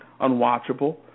unwatchable